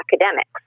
academics